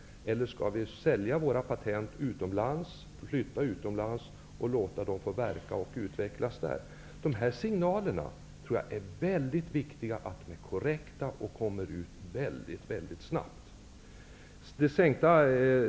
Skall vi sälja våra patent utomlands eller flytta utomlands och låta dem verka och utvecklas där? Det är mycket viktigt att dessa signaler är korrekta och att de kommer väldigt snabbt.